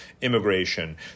immigration